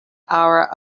hour